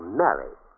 married